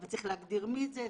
אבל צריך להגדיר מי זה.